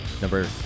Number